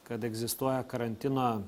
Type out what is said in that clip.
kad egzistuoja karantino